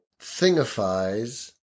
thingifies